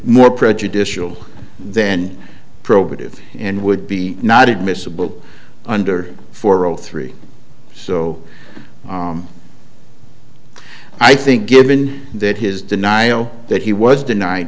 more prejudicial then probative and would be not admissible under four o three so i think given that his denial that he was denied